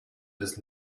does